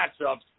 matchups